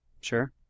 Sure